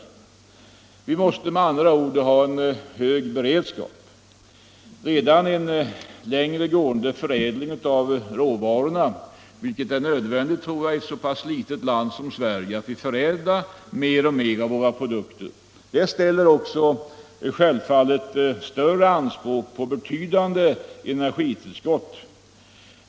Vi måste med andra ord ha en hög beredskap. Redan en längre gående förädling av råvarorna — och för ett så litet land som Sverige är det nödvändigt att förädla mer och mer av våra produkter — ställer anspråk på betydande energitillskott.